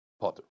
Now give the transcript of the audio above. Potter